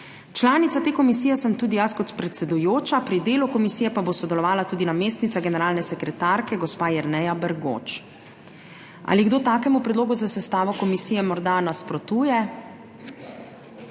Članica te komisije sem tudi jaz kot predsedujoča, pri delu komisije pa bo sodelovala tudi namestnica generalne sekretarke gospa Jerneja Bergoč. Ali kdo takemu predlogu za sestavo komisije morda nasprotuje?